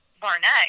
Barnett